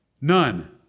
None